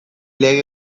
lege